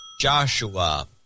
Joshua